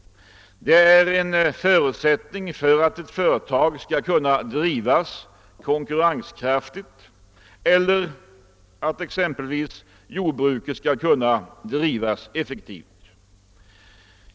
Det är en förutsättning för att ett företag eller ett jordbruk skall kunna drivas konkurrenskraftigt och effektivt.